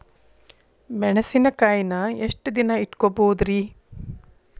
ಮೆಣಸಿನಕಾಯಿನಾ ಎಷ್ಟ ದಿನ ಇಟ್ಕೋಬೊದ್ರೇ?